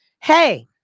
Hey